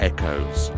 Echoes